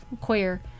Queer